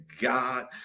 God